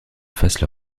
fassent